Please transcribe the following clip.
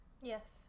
Yes